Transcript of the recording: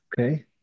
Okay